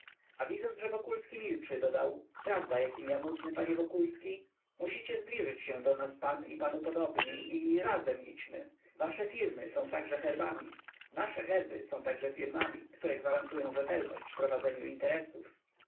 a widząc że wokulski milczy dodał prawda jakim ja nudny panie wokulski ale to nic nie pomoże musicie zbliżyć się do nas pan i panu podobni i razem idźmy wasze firmy są także herbami nasze herby są także firmami które gwarantują rzetelność w prowadzeniu interesów